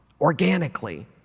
organically